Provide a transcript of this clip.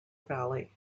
valley